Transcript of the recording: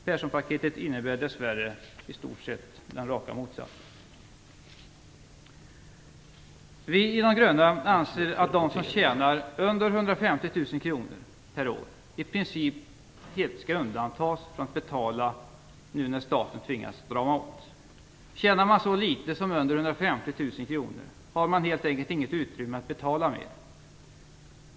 Perssonpaketet innebär dessvärre raka motsatsen. Vi i Miljöpartiet de gröna anser att de som tjänar under 150 000 kr per år i princip helt skall undantas från att betala nu när staten tvingas strama åt. Tjänar man så litet som under 150 000 kr har man helt enkelt inget utrymme att betala med.